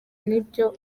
n’ibyo